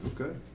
Okay